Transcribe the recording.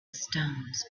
stones